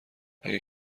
اگه